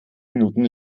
minuten